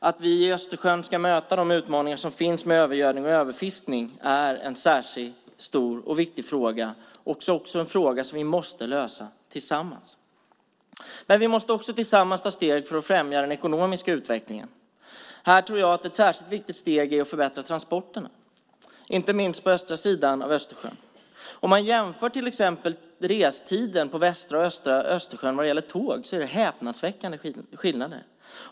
Att vi runt Östersjön ska möta de utmaningar som finns i form av övergödning och utfiskning är en särskilt stor och viktig fråga, och det är en fråga vi måste lösa tillsammans. Vi måste också tillsammans ta steget för att främja den ekonomiska utvecklingen. Här tror jag att ett särskilt viktigt steg är att förbättra transporterna, inte minst på den östra sidan av Östersjön. Om man till exempel jämför restiden vad gäller tåg på den västra och den östra sidan av Östersjön ser man att skillnaderna är häpnadsväckande.